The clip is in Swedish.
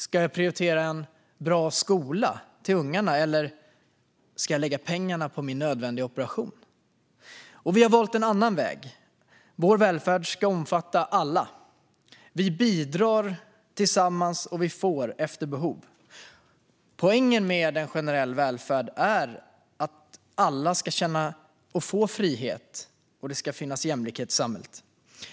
Ska jag prioritera en bra skola till ungarna eller att lägga pengar på min nödvändiga operation? Vi har valt en annan väg. Vår välfärd ska omfatta alla. Vi bidrar tillsammans och får efter behov. Poängen med en generell välfärd är att alla ska känna och få frihet, och det ska finnas jämlikhet i samhället.